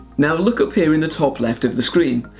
now look up here in the top left of the screen.